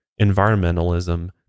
environmentalism